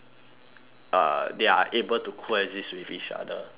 uh they are able to coexist with each other